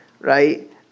right